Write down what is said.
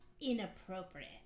inappropriate